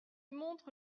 montre